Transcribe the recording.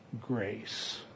grace